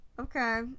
Okay